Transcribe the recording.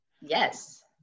Yes